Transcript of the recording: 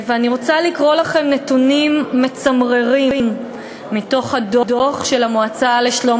אני רוצה לקרוא לכם נתונים מצמררים מתוך הדוח של המועצה לשלום